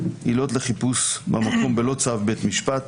עילות לחיפוש במקום בלא צו בית משפט.